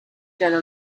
gonna